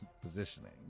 positioning